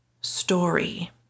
story